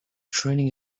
training